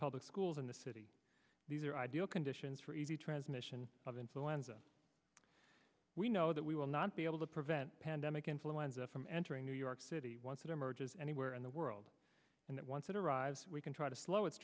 public schools in the city these are ideal conditions for easy transmission of influenza we know that we will not be able to prevent pandemic influenza from entering new york city once it emerges anywhere in the world and that once it arrives we can try to slow it